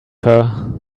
her